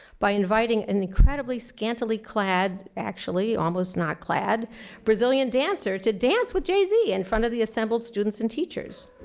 by inviting an incredibly scantily clad actually, almost not clad brazilian dancer to dance with jz in and front of the assembled students and teachers.